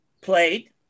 played